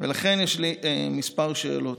לכן, יש לי כמה שאלות: